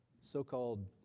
so-called